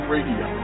Radio